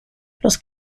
los